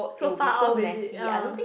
so far of visit uh